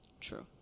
true